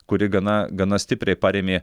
kuri gana gana stipriai parėmė